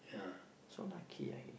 so lucky ah he